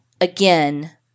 again